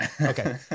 Okay